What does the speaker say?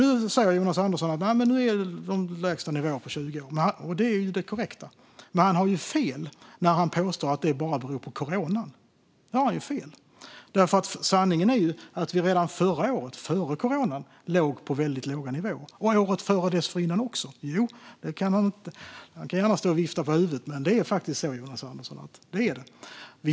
Nu säger Jonas Andersson att vi har de lägsta nivåerna på 20 år, och det är korrekt. Men han har fel när han påstår att detta bara beror på corona. Sanningen är att vi redan förra året, före corona, låg på väldigt låga nivåer, liksom året dessförinnan. Han kan gärna stå och vifta på huvudet, men så är det faktiskt, Jonas Andersson.